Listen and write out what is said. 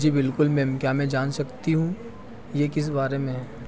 जी बिलकुल मैम क्या मैं जान सकती हूँ यह किस बारे में है